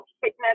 fitness